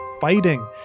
fighting